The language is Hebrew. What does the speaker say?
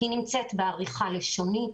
היא נמצאת בעריכה לשונית.